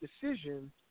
decision